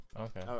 Okay